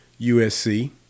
USC